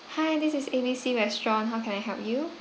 hi this is A B C restaurant how can I help you